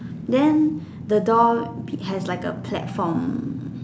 then the door pig has like a platform